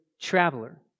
traveler